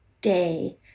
day